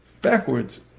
backwards